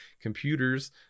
computers